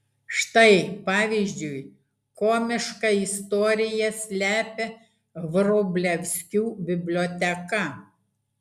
štai pavyzdžiui komišką istoriją slepia vrublevskių biblioteka